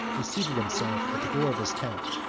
he seated himself at the door of his tent.